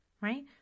right